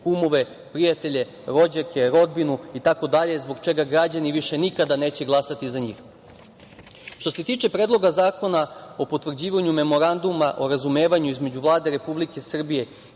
kumove, prijatelje, rođake, rodbinu itd, zbog čega građani više nikada neće glasati za njih. Što se tiče Predloga zakona o potvrđivanju Memoranduma o razumevanju između Vlade Republike Srbije